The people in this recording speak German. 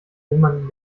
jemanden